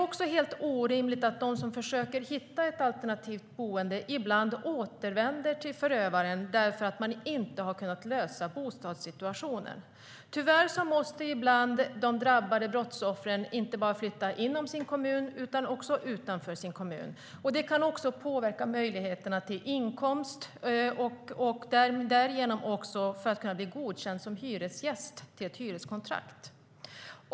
Det är orimligt att de som försöker hitta ett alternativt boende ibland återvänder till förövaren därför att man inte har kunnat lösa bostadssituationen. Tyvärr måste de drabbade brottsoffren ibland inte bara flytta inom sin kommun utan också utanför sin kommun. Det kan påverka möjligheterna till inkomst och därigenom möjligheten att bli godkänd som hyresgäst och få ett kontrakt.